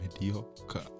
Mediocre